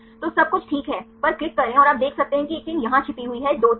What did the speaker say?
तो सब कुछ ठीक है पर क्लिक करें और आप देख सकते हैं कि एक चेन यहां छिपी हुई है 2 चेन